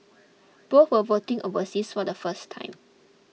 both were voting overseas for the first time